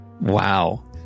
Wow